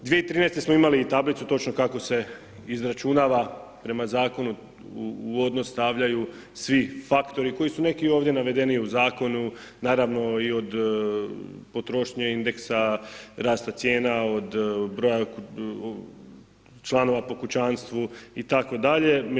2013. smo imali i tablicu točno kako se izračunava prema Zakonu, u odnos stavljaju svi faktori koji su neki i ovdje navedeni u Zakonu, naravno i od potrošnje indeksa, rasta cijena, od broja članova po kućanstvu i tako dalje.